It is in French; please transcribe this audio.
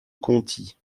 conti